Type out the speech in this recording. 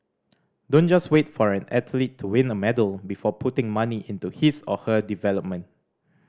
don't just wait for an athlete to win a medal before putting money into his or her development